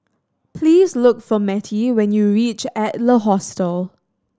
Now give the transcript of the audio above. please look for Mettie when you reach Adler Hostel